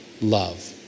love